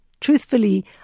truthfully